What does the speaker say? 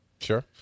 Sure